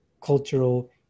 cultural